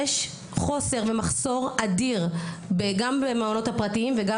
יש חוסר ומחסור אדיר גם במעונות הפרטיים וגם